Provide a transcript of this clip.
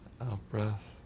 Out-breath